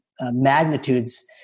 magnitudes